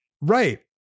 Right